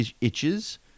itches